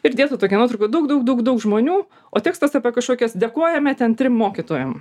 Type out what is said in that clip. ir įdėta tokia nuotrauka daug daug daug daug žmonių o tekstas apie kažkokias dėkojame ten trim mokytojam